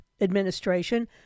administration